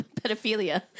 pedophilia